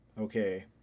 Okay